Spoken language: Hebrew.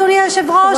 אדוני היושב-ראש?